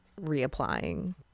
reapplying